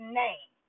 name